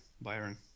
Byron